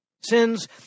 Sins